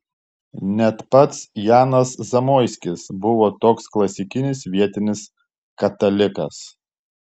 net pats janas zamoiskis buvo toks klasikinis vietinis katalikas